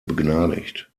begnadigt